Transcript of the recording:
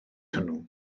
hwnnw